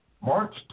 March